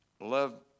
love